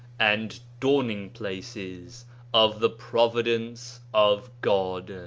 and dawning-places of the providence of god.